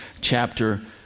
chapter